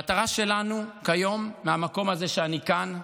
המטרה שלנו כיום, מהמקום הזה שאני כאן,